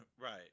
Right